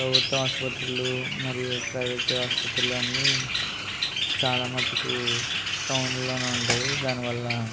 ప్రభుత్వ ఆసుపత్రులు మరియు ప్రైవేటు ఆసుపత్రులు అన్నీ చాలామట్టుకు టౌన్లోనే ఉంటాయి దానివల్ల